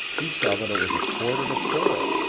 he saw that it was a quarter to four.